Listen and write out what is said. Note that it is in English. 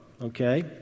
Okay